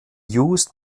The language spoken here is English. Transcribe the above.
used